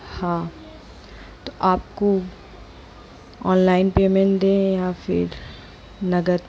हाँ तो आपको ऑनलाइन पेमेंट दें या नगद